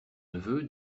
neveu